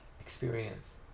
experience